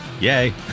Yay